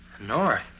North